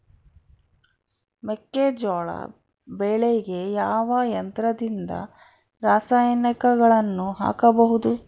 ಮೆಕ್ಕೆಜೋಳ ಬೆಳೆಗೆ ಯಾವ ಯಂತ್ರದಿಂದ ರಾಸಾಯನಿಕಗಳನ್ನು ಹಾಕಬಹುದು?